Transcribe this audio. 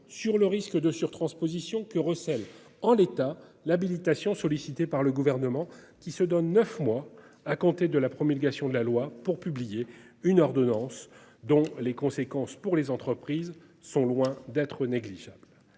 sur le risque de sur-transposition que recèle en l'état, l'habilitation sollicité par le gouvernement qui se donne 9 mois à compter de la promulgation de la loi pour publier une ordonnance dont les conséquences pour les entreprises sont loin d'être négligeable.